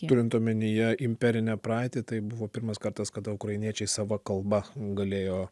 turint omenyje imperinę praeitį tai buvo pirmas kartas kada ukrainiečiai sava kalba galėjo